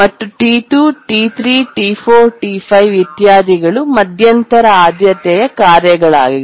ಮತ್ತು T2 T3 T4 T5 ಇತ್ಯಾದಿಗಳು ಮಧ್ಯಂತರ ಆದ್ಯತೆಯ ಕಾರ್ಯಗಳಾಗಿವೆ